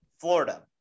Florida